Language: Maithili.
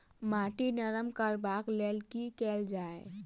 माटि नरम करबाक लेल की केल जाय?